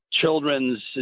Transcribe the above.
children's